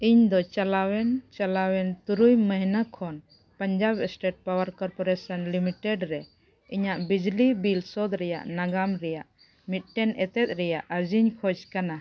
ᱤᱧ ᱫᱚ ᱪᱟᱞᱟᱣᱮᱱ ᱪᱟᱞᱟᱣᱮᱱ ᱛᱩᱨᱩᱭ ᱢᱟᱹᱦᱱᱟᱹ ᱠᱷᱚᱱ Punjab state power corporation limited ᱨᱮ ᱤᱧᱟᱹᱜ ᱵᱤᱡᱽᱞᱤ ᱵᱤᱞ ᱥᱳᱫᱽ ᱨᱮᱭᱟᱜ ᱱᱟᱜᱟᱢ ᱨᱮᱭᱟᱜ ᱢᱤᱫᱴᱮᱱ ᱨᱮᱛᱮᱫ ᱨᱮᱭᱟᱜ ᱟᱨᱡᱤᱧ ᱠᱷᱳᱡᱽ ᱠᱟᱱᱟ